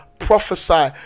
prophesy